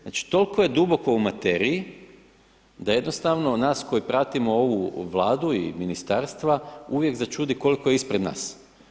Znači toliko je duboko u materiji da jednostavno nas koji pratimo ovu Vladu i ministarstva uvijek začudi koliko je ispred nas.